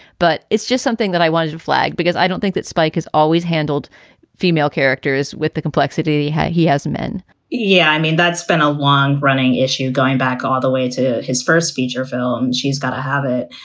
but it's just something that i wanted to flag because i don't think that spike has always handled female characters with the complexity. he has men yeah. i mean, that's been a long running issue, going back all the way to his first feature film. she's got to have it.